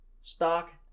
Stock